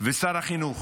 ולשר החינוך